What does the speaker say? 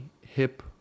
hip